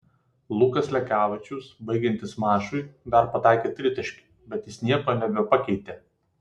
lukas lekavičius baigiantis mačui dar pataikė tritaškį bet jis nieko nebepakeitė